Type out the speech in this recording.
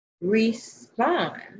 respond